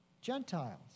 Gentiles